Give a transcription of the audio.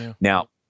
Now